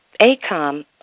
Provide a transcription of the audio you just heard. ACOM